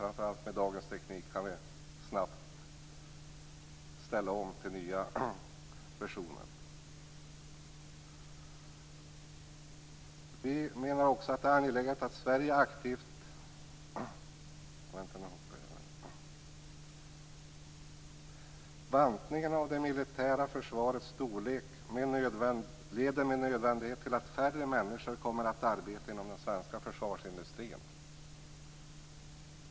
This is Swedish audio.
Framför allt med dagens teknik kan vi snabbt ställa om till nya versioner. - Bantningen av det militära försvarets storlek leder med nödvändighet till att färre människor kommer att arbeta inom den svenska försvarsindustrin.